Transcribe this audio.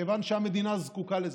מכיוון שהמדינה זקוקה לזה.